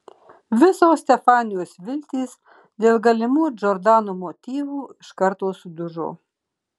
visos stefanijos viltys dėl galimų džordano motyvų iš karto sudužo